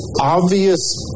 obvious